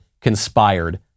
conspired